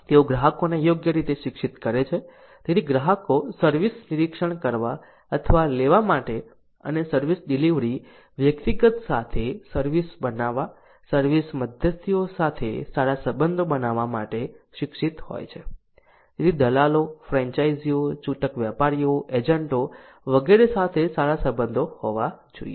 તેઓ ગ્રાહકોને યોગ્ય રીતે શિક્ષિત કરે છે તેથી ગ્રાહકો સર્વિસ નિરીક્ષણ કરવા અથવા લેવા માટે અને સર્વિસ ડિલિવરી વ્યક્તિગત સાથે સર્વિસ બનાવવા સર્વિસ મધ્યસ્થીઓ સાથે સારા સંબંધો બનાવવા માટે શિક્ષિત હોય છે જેથી દલાલો ફ્રેન્ચાઇઝીઓ છૂટક વેપારીઓ એજન્ટો વગેરે સાથે સારા સંબંધો હોવા જોઈએ